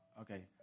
Okay